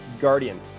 guardian